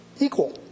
equal